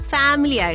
family